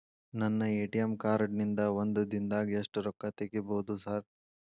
ನನ್ನ ATM card ನಿಂದಾ ಒಂದ್ ದಿಂದಾಗ ಎಷ್ಟ ರೊಕ್ಕಾ ತೆಗಿಬೋದು ಸಾರ್?